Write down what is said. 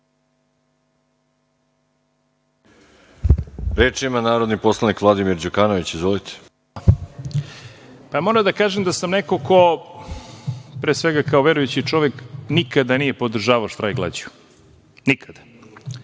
Reč ima narodni poslanik Vladimir Đukanović. Izvolite. **Vladimir Đukanović** Moram da kažem da sam neko ko, pre svega kao verujući čovek, nikada nije podržavao štrajk glađu, nikada.